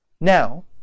now